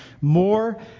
more